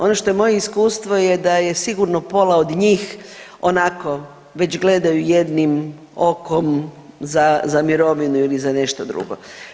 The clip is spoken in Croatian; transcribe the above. Ono što je moje iskustvo je da je sigurno pola od njih onako, već gledaju jednim okom za mirovinu ili za nešto drugo.